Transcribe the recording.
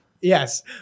Yes